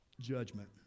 judgment